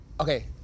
Okay